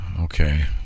Okay